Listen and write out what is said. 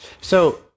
So-